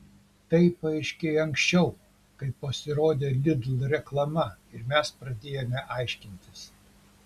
tai paaiškėjo anksčiau kai pasirodė lidl reklama ir mes pradėjome aiškintis